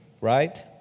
Right